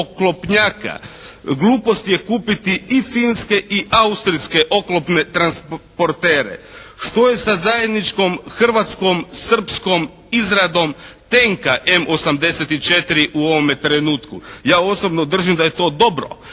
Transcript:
Glupost je kupiti i finske i austrijske oklopne transportere. Što je sa zajedničkom hrvatskom, srpskom izradom tenka M-84 u ovome trenutku? Ja osobno držim da je to dobro.